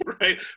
right